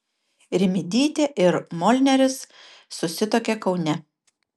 rimydytė ir molneris susituokė kaune